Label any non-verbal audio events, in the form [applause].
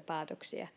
[unintelligible] päätöksiä